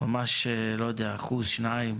ממש אחוז או שניים,